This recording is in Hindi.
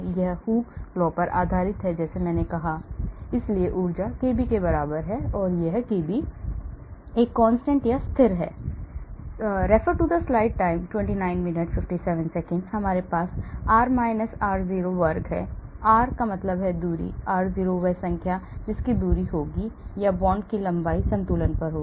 यह Hooke's law पर आधारित है जैसा मैंने कहा इसलिए ऊर्जा केबी के बराबर है केबी एक स्थिर है हमारे पास r r0 वर्ग है r दूरी है r0 वह संख्या है जिसकी दूरी होगी या बांड की लंबाई संतुलन पर होगी